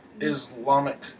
Islamic